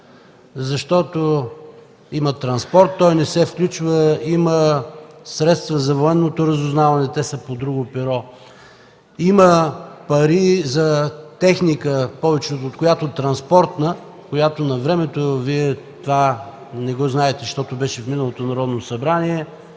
защото има транспорт – той не се включва, има средства за военното разузнаване – те са по друго перо, има пари за техника – повечето от която транспортна, която навремето, Вие това не го знаете, защото беше в миналото Народно събрание,